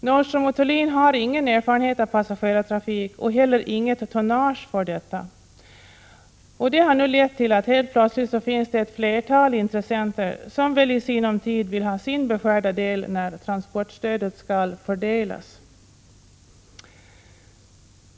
Nordström & Thulin har ingen erfarenhet av passagerartrafik och inte heller något tonnage för detta, och det har nu lett till att det helt plötsligt finns ett flertal intressenter, som väl i sinom vill ha sin beskärda del när transportstödet skall fördelas.